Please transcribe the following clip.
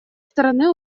стороны